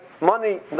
Money